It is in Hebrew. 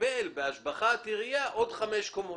מקבל בהשבחת עירייה עוד חמש קומות.